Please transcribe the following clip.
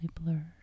blurred